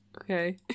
Okay